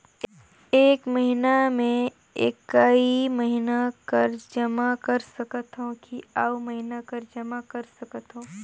एक महीना मे एकई महीना कर जमा कर सकथव कि अउ महीना कर जमा कर सकथव?